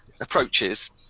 approaches